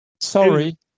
Sorry